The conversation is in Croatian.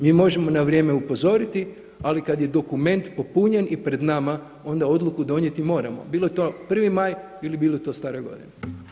Mi možemo na vrijeme upozoriti ali kada je dokument popunjen i pred nama onda odluku donijeti moramo, bilo to 1. maj ili bilo to Stara godina.